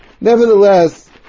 Nevertheless